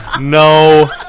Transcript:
No